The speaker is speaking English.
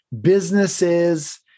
businesses